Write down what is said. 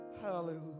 Hallelujah